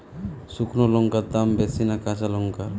শুক্নো লঙ্কার দাম বেশি না কাঁচা লঙ্কার?